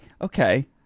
Okay